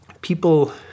People